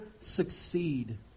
succeed